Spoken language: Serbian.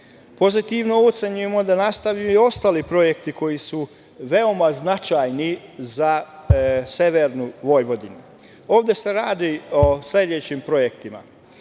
vozom. Pozitivno ocenjujemo da nastavljaju i ostali projekti koji su veoma značajni za severnu Vojvodinu. Ovde se radi o sledećim projektima: